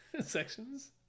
Sections